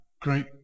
Great